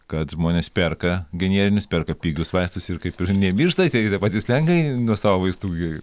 kad žmonės perka generinius perka pigius vaistus ir kaip ir nemiršta tie gi tie patys lenkai nuo savo vaistų gi